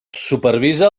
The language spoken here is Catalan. supervisa